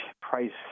price